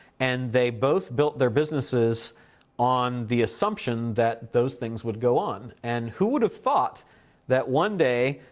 and they both built their businesses on the assumption that those things would go on. and who would've thought that one day,